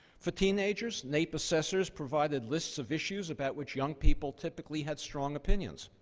for teenagers, naep assessors provided lists of issues about which young people typically had strong opinions.